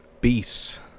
beasts